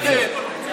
תכבדו אותנו גם כן.